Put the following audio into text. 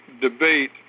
debate